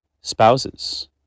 spouses